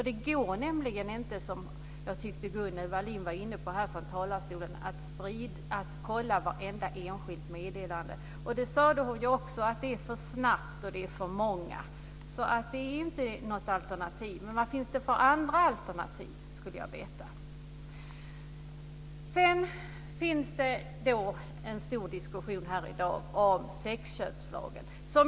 Det går inte att, som jag tyckte att Gunnel Wallin här var inne på, kolla vartenda enskilt meddelande. Hon sade också att de är för snabba och alltför många. Det är alltså inte något alternativ. Jag skulle vilja veta vilka andra alternativ som finns. Det förs här i dag en stor diskussion om sexköpslagen.